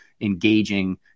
engaging